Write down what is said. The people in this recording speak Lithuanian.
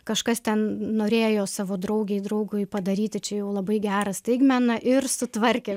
kažkas ten norėjo savo draugei draugui padaryti čia jau labai gerą staigmeną ir sutvarkė